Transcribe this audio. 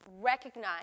recognize